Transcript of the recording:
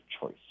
choice